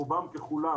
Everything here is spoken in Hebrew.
רובם ככולם,